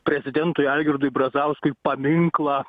prezidentui algirdui brazauskui paminklą